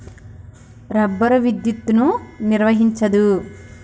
rubber విద్యుత్తును నిర్వహించదు